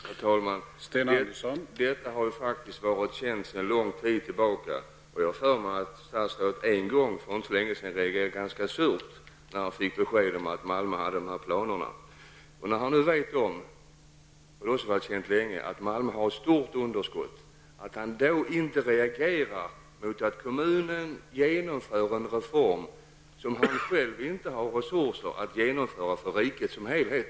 Herr talman! Malmö kommuns planer har faktiskt varit kända sedan lång tid tillbaka. Jag vill minnas att statsrådet för inte länge sedan reagerade ganska surt när han fick besked om dem. Han vet nu -- och även det har varit känt länge -- att Malmö kommun har ett stort underskott, men han reagerar inte mot att kommunen genomför en reform, som han själv inte har resurser att genomföra för riket som helhet.